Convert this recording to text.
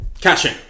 Caching